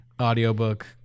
audiobook